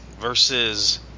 versus